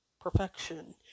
perfection